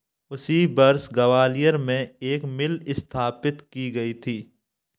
उसी वर्ष ग्वालियर में एक मिल स्थापित की गई थी